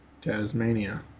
Tasmania